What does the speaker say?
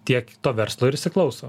tiek to verslo ir įsiklauso